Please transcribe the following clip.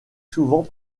souvent